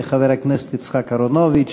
חבר הכנסת יצחק אהרונוביץ,